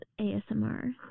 ASMR